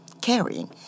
carrying